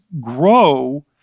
grow